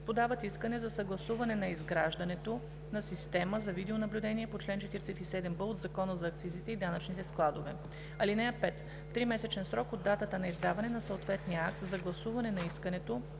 подават искане за съгласуване на изграждането на системата за видеонаблюдение по чл. 47б от Закона за акцизите и данъчните складове. (5) В тримесечен срок от датата на издаване на съответния акт за съгласуване на искането